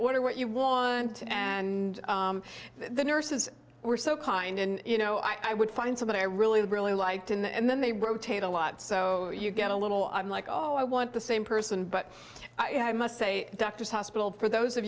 order what you want and the nurses were so kind and you know i would find someone i really really liked and then they rotate a lot so you get a little i'm like oh i want the same person but i must say doctors hospital for those